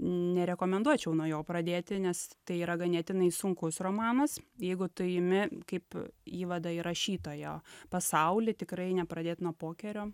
nerekomenduočiau nuo jo pradėti nes tai yra ganėtinai sunkus romanas jeigu tu imi kaip įvadą į rašytojo pasaulį tikrai nepradėt nuo pokerio